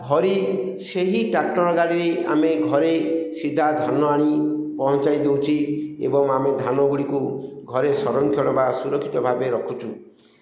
ଭରି ସେହି ଟ୍ରାକ୍ଟର ଗାଡ଼ିରେ ଆମେ ଘରେ ସିଧା ଧାନ ଆଣି ପହଞ୍ଚାଇ ଦେଉଛି ଏବଂ ଆମେ ଧାନ ଗୁଡ଼ିକୁ ଘରେ ସଂରକ୍ଷଣ ବା ସୁରକ୍ଷିତ ଭାବେ ରଖୁଛୁ